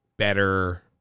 better